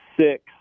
six